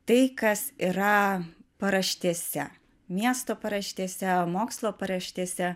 tai kas yra paraštėse miesto paraštėse mokslo paraštėse